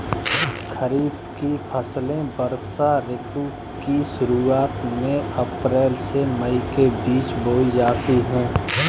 खरीफ की फसलें वर्षा ऋतु की शुरुआत में अप्रैल से मई के बीच बोई जाती हैं